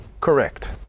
Correct